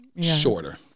shorter